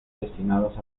destinados